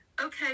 okay